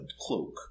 cloak